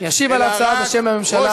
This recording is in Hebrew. ישיב על ההצעה בשם הממשלה,